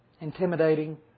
Intimidating